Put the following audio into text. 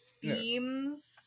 themes